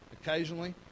occasionally